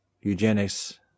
eugenics